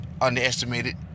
underestimated